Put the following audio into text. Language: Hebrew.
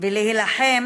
ולהילחם